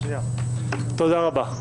תודה רבה.